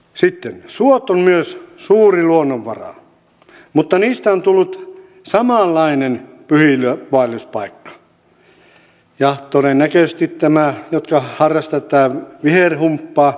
sitten suot ovat myös suuri luonnonvara mutta niistä on tullut samanlainen pyhiinvaelluspaikka ja todennäköisesti nämä jotka harrastavat tätä viherhumppaa eivät käy katsomassakaan minkälaisia paikkoja ne ovat